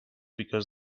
because